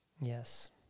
Yes